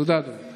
תודה, אדוני.